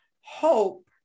hope